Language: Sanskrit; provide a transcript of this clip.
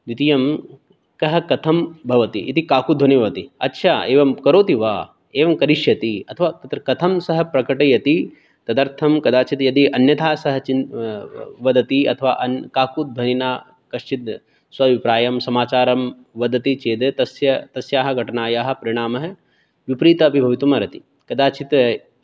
द्वितीयं कः कथं भवति इति काकुध्वनिः भवति अच्छा एवं करोति वा एवं करिष्यति अथवा तत्र कथं सः प्रकटयति तदर्थं कदाचित् यदि अन्यथा सः चिन् वदति अथवा काकुध्वनिना कश्चित् स्वाभिप्रायं समाचारं वदति चेद् तस्य तस्याः घटनायाः परिणामः विपरीतः अपि भवितुमर्हति कदाचित्